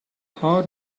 how